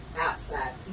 outside